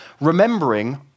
remembering